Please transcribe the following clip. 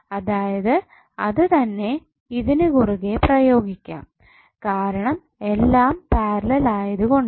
അതായത് അത് തന്നെ ഇതിനു കുറുകെ പ്രയോഗിക്കാം കാരണം എല്ലാം പാരലൽ ആയത് കൊണ്ട്